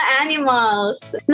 animals